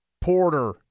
Porter